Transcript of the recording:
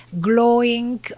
glowing